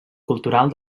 cultural